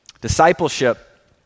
Discipleship